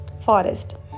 forest